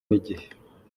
n’igihe